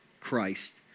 Christ